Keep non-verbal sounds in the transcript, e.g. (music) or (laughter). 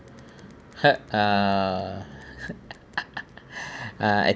!huh! ah (laughs) ah I